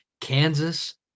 Kansas